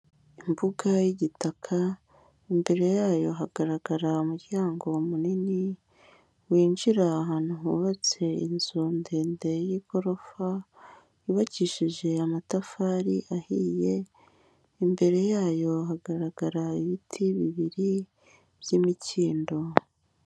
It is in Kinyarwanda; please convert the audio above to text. Imbuga y'igitaka imbere yayo hagaragara umuryango munini winjira ahantu hubatse inzu ndende y'igorofa yubakishije amatafari ahiye imbere yayo hagaragara ibiti bibiri by'imikindo